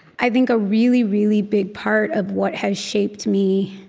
i think a really, really big part of what has shaped me,